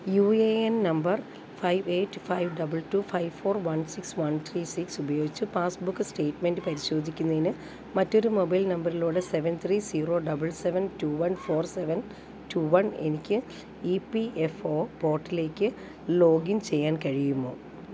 U A N number five eight five double two five four one six one three six ഉപയോഗിച്ച് passbook statement പരിശോധിക്കുന്നതിന് മറ്റൊരു mobile നമ്പർലൂടെ seven three zero double seven two one four seven two one എനിക്ക് E P F O പോർട്ടിലേക്ക് login ചെയ്യാൻ കഴിയുമോ